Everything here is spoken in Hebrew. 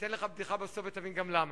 אתן לך בדיחה בסוף ותבין למה.